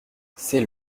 c’est